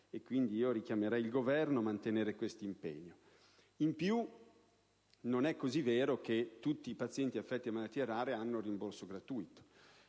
Quindi richiamerei il Governo a mantenere questo impegno. In più, non è così vero che tutti i pazienti affetti da malattie rare hanno il rimborso gratuito: